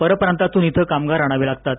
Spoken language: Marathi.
परप्रांतातून इथं कामगार आणावे लागतात